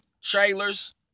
trailers